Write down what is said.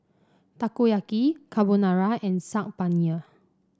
Takoyaki Carbonara and Saag Paneer